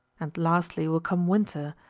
and lastly will come winter,